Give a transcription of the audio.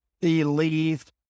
believed